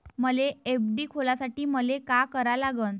मले एफ.डी खोलासाठी मले का करा लागन?